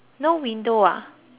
things you can see is